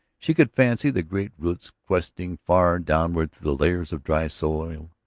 she could fancy the great roots, questing far downward through the layers of dry soil,